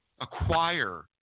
acquire